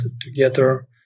together